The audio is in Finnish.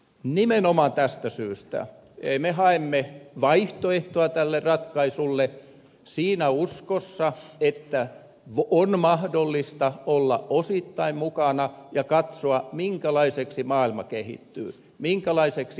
nimenomaan tästä syystä me haemme vaihtoehtoa tälle ratkaisulle siinä uskossa että on mahdollista olla osittain mukana ja katsoa minkälaiseksi maailma kehittyy minkälaiseksi eurooppa kehittyy